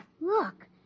Look